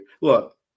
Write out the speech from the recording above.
Look